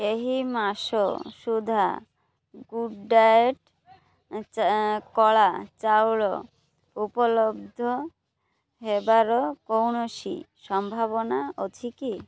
ଏହି ମାସ ସୁଦ୍ଧା ଗୁଡ଼୍ ଡାଏଟ୍ କଳା ଚାଉଳ ଉପଲବ୍ଧ ହେବାର କୌଣସି ସମ୍ଭାବନା ଅଛି କି